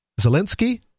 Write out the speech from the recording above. Zelensky